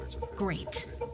Great